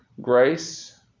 grace